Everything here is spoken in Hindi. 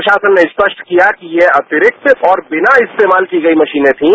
प्रशासन ने स्पष्ट किया कि ये अतिरिक्त और बिना इस्तेमाल की गई मशीने थीं